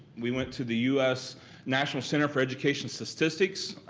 we went to the us national center for education statistics.